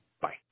Bye